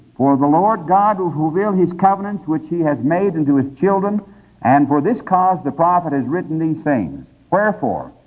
for the lord god will fulfill his covenants which he has made unto his children and for this cause the prophet has written these things. wherefore,